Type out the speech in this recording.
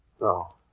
No